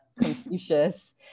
Confucius